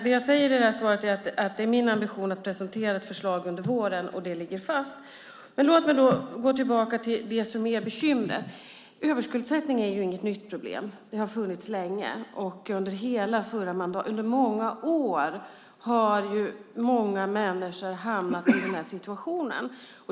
Vad jag säger i det här svaret är att det är min ambition att presentera ett förslag under våren, och det ligger fast. Men låt mig gå tillbaka till det som är bekymret. Överskuldsättning är inget nytt problem. Det har funnits länge. Under många år har många människor hamnat i den här situationen.